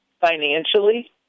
financially